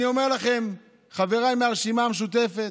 אני אומר לכם, חבריי מהרשימה המשותפת,